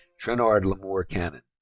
tranard lamoore cannon.